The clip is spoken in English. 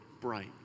bright